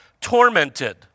tormented